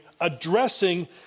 addressing